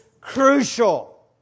crucial